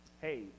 hey